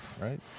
right